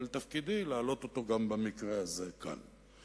אבל תפקידי להעלות אותו גם במקרה הזה כאן.